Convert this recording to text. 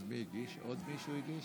יש עוד מישהו?